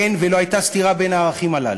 אין ולא הייתה סתירה בין הערכים הללו.